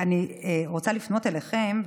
אני רוצה לפנות אליכם,